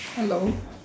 hello